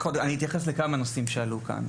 אני אתייחס לכמה נושאים שעלו כאן.